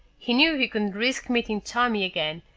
he knew he couldn't risk meeting tommy again,